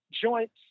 joints